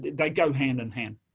they go hand-in-hand.